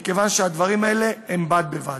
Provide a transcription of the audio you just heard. כיוון שהדברים האלה יהיו בד-בבד.